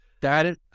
Dad